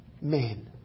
men